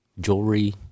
jewelry